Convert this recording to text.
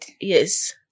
Yes